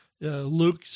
Luke